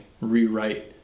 Rewrite